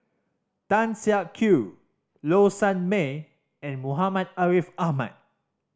Tan Siak Kew Low Sanmay and Muhammad Ariff Ahmad